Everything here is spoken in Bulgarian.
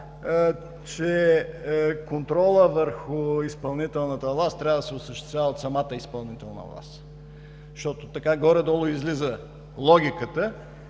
че контролът върху изпълнителната власт трябва да се осъществява от самата изпълнителна власт, защото така горе-долу излиза логиката.